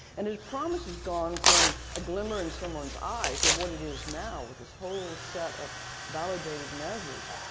and as promis has gone from a glimmer in someone's eye to what it is now with this whole set of validated measures,